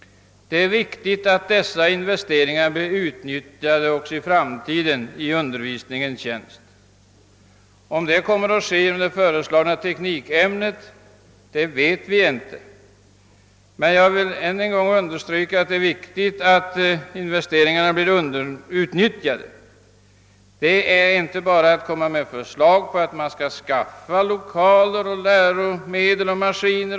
Det är viktigt att dessa investeringar också i framtiden blir utnyttjade i undervisningens tjänst. Om det kommer att ske genom det föreslagna teknikämnet vet vi inte. Jag vill emellertid än en gång understryka vikten av att dessa investeringar utnyttjas. Det gäller inte bara att komma med ett förslag om att det skall anskaffas lokaler, läromedel och maskiner.